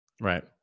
Right